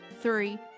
three